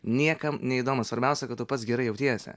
niekam neįdomu svarbiausia kad tu pats gerai jautiesi